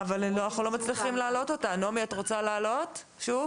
את רוצה לעלות שוב?